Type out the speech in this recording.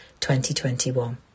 2021